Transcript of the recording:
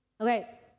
Okay